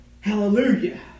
Hallelujah